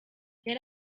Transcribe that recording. yari